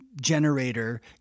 generator